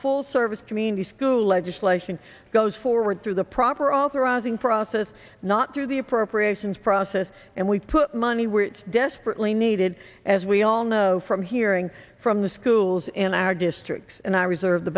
full service community school legislation goes forward through the proper authorizing process not through the appropriations process and we put money which desperately needed as we all know from hearing from schools in our districts and i reserve the